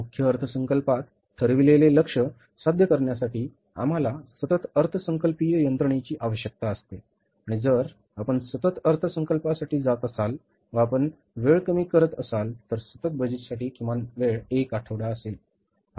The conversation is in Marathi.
मुख्य अर्थसंकल्पात ठरविलेले लक्ष्य साध्य करण्यासाठी आम्हाला सतत अर्थसंकल्पीय यंत्रणेची आवश्यकता असते आणि जर आपण सतत अर्थसंकल्पासाठी जात असाल व आपण वेळ कमी करत असाल तर सतत बजेटसाठी किमान वेळ एक आठवडा असेल